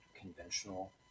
conventional